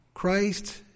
Christ